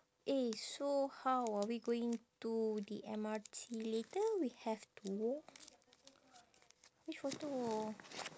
eh so how are we going to the M_R_T later we have to which photo